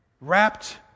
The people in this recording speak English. wrapped